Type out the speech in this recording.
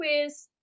quiz